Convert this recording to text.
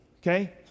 okay